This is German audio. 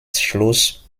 schloss